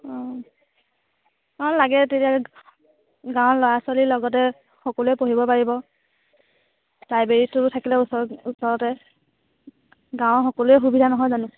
অঁ অঁ লাগে তেতিয়া গাঁৱৰ ল'ৰা ছোৱালীৰ লগতে সকলোৱে পঢ়িব পাৰিব লাইব্ৰেৰীটো থাকিলে ওচৰ ওচৰতে গাঁৱৰ সকলোৰে সুবিধা নহয় জানো